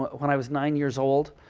when i was nine years old,